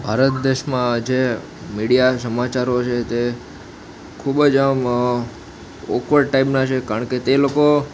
ભારત દેશમાં જે મીડિયા સમાચારો છે તે ખૂબ જ આમ ઓકવર્ડ ટાઈપના છે કારણ કે તે લોકો